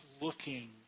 looking